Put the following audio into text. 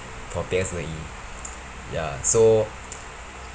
for P_S_L_E ya so